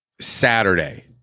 Saturday